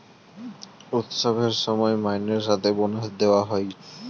উৎসবের সময় মাইনের সাথে বোনাস দেওয়া হয়